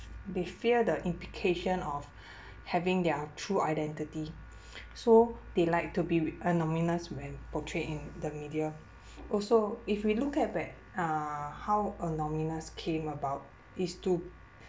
they fear the implication of having their true identity so they like to be when portrayed in the media also if we look at back uh how came about is to